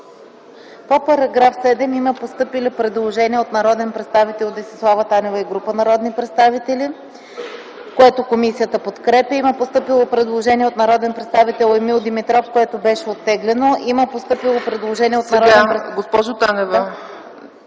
По § 21 има постъпило предложение от народния представител Десислава Танева и група народни представители, което комисията подкрепя. Има постъпило предложение на народния представител Емил Димитров, което беше оттеглено. Има постъпило предложение на народния представител